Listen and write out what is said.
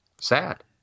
Sad